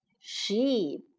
sheep